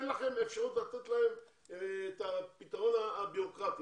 אין לכם אפשרות לתת להם את הפתרון הבירוקרטי.